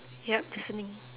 yup listening